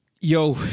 Yo